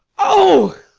o!